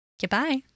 Goodbye